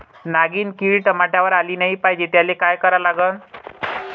नागिन किड टमाट्यावर आली नाही पाहिजे त्याले काय करा लागन?